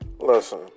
listen